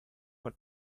for